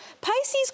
Pisces